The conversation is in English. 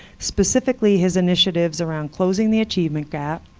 specifically, his initiatives around closing the achievement gap,